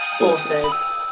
Authors